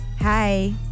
Hi